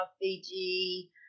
Fiji